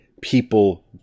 people